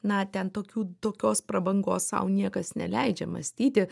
na ten tokių tokios prabangos sau niekas neleidžia mąstyti